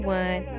one